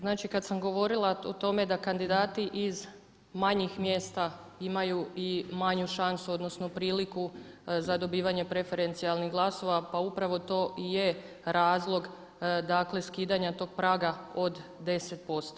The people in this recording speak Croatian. Znači kad sam govorila o tome da kandidati iz manjih mjesta imaju i manju šansu odnosno priliku za dobivanje preferencijalnih glasova pa upravo to i je razlog dakle skidanja tog praga od 10%